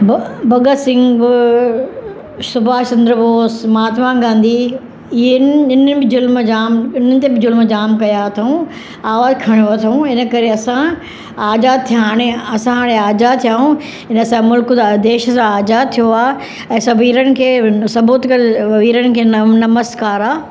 भ भगत सिंह सुभाष चंद्र बोस महात्मा गांधी इन्हनि इन्हनि बि ज़ुल्म जामु इन्हनि ते बि ज़ुल्म जामु कया अथऊं आवाज़ु खणियो अथऊं इन करे असां आज़ाद थिया हाणे असां हाणे आज़ाद थिया आहियूं हिन सां मुल्क सां देश सां आजाद थियो आहे ऐं सबिरनि खे सबूत कर इन्हनि खे नमस्कारु आहे